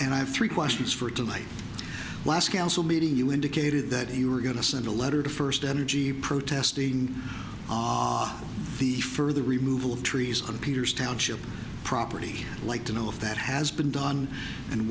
and i have three questions for tonight last council meeting you indicated that you were going to send a letter to first energy protesting ah the further remove of trees and peters township property like to know if that has been done and